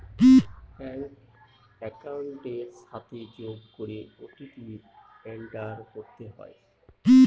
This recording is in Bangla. ব্যাঙ্ক একাউন্টের সাথে যোগ করে ও.টি.পি এন্টার করতে হয়